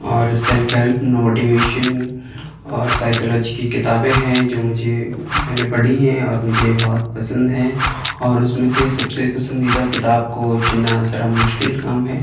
اور self help no motivation اور psychology کی کتابیں ہیں جو مجھے میں نے پڑھی ہیں اور مجھے بہت پسند ہیں اور اس میں سے سب سے پسندیدہ کتاب کو چننا ذرا مشکل کام ہے